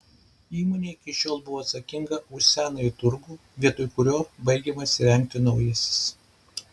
įmonė iki šiol buvo atsakinga už senąjį turgų vietoj kurio baigiamas įrengti naujasis